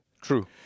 True